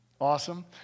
Awesome